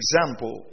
example